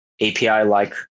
API-like